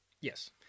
Yes